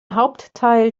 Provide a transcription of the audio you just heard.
hauptteil